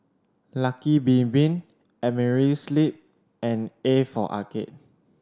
Lucky Bin Bin Amerisleep and A for Arcade